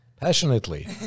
passionately